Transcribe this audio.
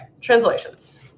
translations